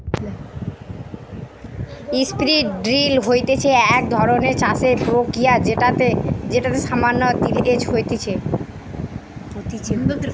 strip drill হতিছে এক ধরণের চাষের প্রক্রিয়া যেটাতে সামান্য তিলেজ হতিছে